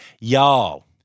Y'all